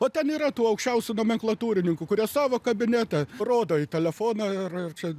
o ten yra tų aukščiausių nomenklatūrininkų kurie savo kabinete rodo į telefoną ir ir čia